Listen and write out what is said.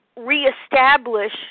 reestablish